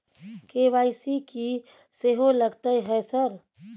KYC की सेहो लगतै है सर?